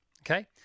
Okay